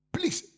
Please